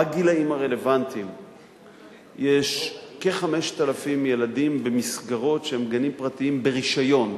בגילים הרלוונטיים יש כ-5,000 ילדים במסגרות שהן גנים פרטיים ברשיון,